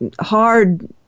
hard